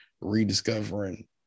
rediscovering